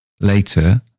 Later